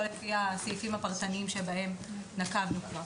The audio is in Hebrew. הסעיפים הפרטניים בהם נקבנו כבר.